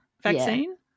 vaccine